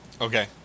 Okay